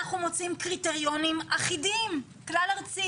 אני לא מרוצה כל כך מהעניין של הבאה לדחייה,